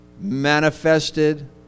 manifested